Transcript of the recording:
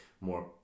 more